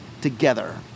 together